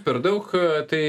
per daug tai